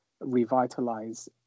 revitalize